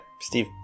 Steve